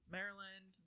Maryland